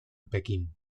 pekín